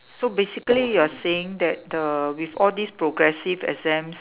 so basically you are saying that the with all these progressive exams